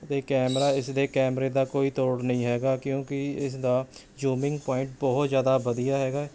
ਅਤੇ ਕੈਮਰਾ ਇਸ ਦੇ ਕੈਮਰੇ ਦਾ ਕੋਈ ਤੋੜ ਨਹੀਂ ਹੈ ਕਿਉਂਕਿ ਇਸਦਾ ਜ਼ੂਮਿੰਗ ਪੁਆਇੰਟ ਬਹੁਤ ਜ਼ਿਆਦਾ ਵਧੀਆ ਹੈ